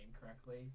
correctly